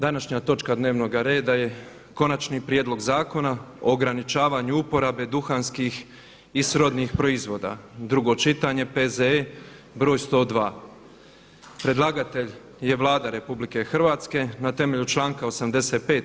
Današnja točka dnevnoga reda je: - Konačni prijedlog zakona o ograničavanju duhanskih i srodnih proizvoda, drugo čitanje, P.Z.E. br. 102; Predlagatelj je Vlada Republike Hrvatske na temelju članak 85.